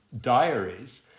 diaries